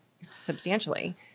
Substantially